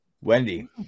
Wendy